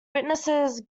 witnesses